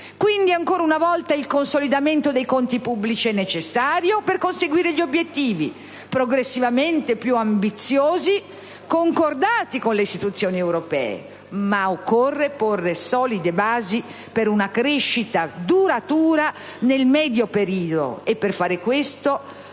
Quindi, ancora una volta, il consolidamento dei conti pubblici è necessario per conseguire gli obiettivi, progressivamente più ambiziosi, concordati con le istituzioni europee, ma occorre porre solide basi per una crescita duratura nel medio periodo: per fare questo,